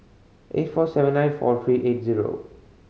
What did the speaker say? eight four seven nine four three eight zero